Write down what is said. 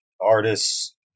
artists